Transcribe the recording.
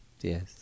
Yes